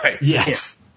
Yes